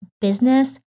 business